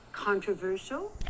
Controversial